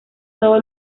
todo